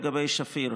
לגבי שפיר,